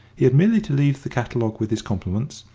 he had merely to leave the catalogue with his compliments,